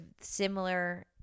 similar